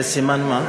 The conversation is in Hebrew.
זה סימן מה?